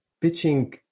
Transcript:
pitching